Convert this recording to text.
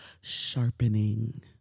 sharpening